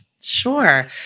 Sure